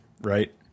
right